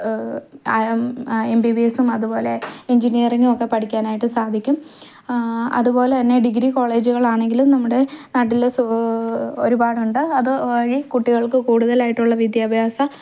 M B B എസും അതുപോലെ എൻജിനിയറിഗും ഒക്കെ പഠിക്കാൻ ആയിട്ട് സാധിക്കും അതുപോലെത്തന്നെ ഡിഗ്രി കോളേജുകൾ ആണെങ്കിലും നമ്മുടെ നാട്ടിലെ ഒരുപാട് ഉണ്ട് അതുവഴി കുട്ടികൾക്ക് കൂടുതലായിട്ടുള്ള വിദ്യാഭ്യാസ